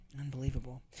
Unbelievable